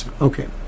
Okay